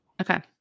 Okay